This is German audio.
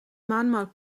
mahnmal